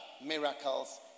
miracles